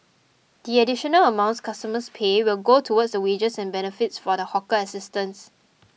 the additional amounts customers pay will go towards the wages and benefits for the hawker assistants